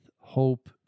hope